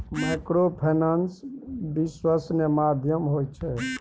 Microfinance विश्वासनीय माध्यम होय छै?